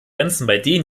differenzen